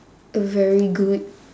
a very good